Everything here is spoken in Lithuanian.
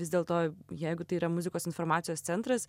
vis dėlto jeigu tai yra muzikos informacijos centras